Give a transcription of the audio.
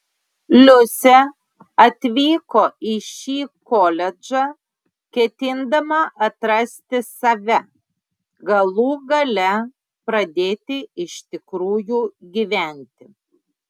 liusė atvyko į šį koledžą ketindama atrasti save galų gale pradėti iš tikrųjų gyventi